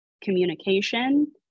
communication